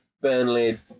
Burnley